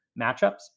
matchups